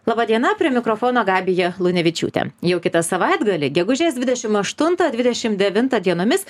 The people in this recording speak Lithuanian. laba diena prie mikrofono gabija lunevičiūtė jau kitą savaitgalį gegužės dvidešim aštuntą dvidešim devintą dienomis